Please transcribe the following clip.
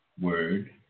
word